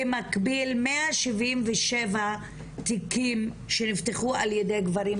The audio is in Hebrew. במקביל 177 תיקים שנפתחו ע"י גברים,